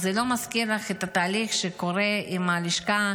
זה לא מזכיר לך את התהליך שקורה עם לשכת